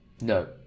No